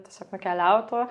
tiesiog nukeliautų